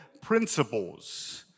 principles